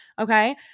okay